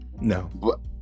No